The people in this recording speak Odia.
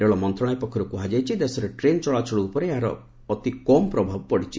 ରେଳ ମନ୍ତ୍ରଣାଳୟ ପକ୍ଷର୍ କୃହାଯାଇଛି ଦେଶରେ ଟ୍ରେନ୍ ଚଳାଚଳ ଉପରେ ଏହାର ଅତି କମ୍ ପ୍ରଭାବ ପଡ଼ିଛି